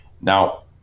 now